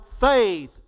faith